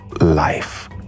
life